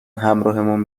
همراهمون